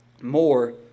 more